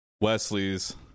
Wesley's